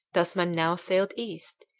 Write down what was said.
tasman now sailed east,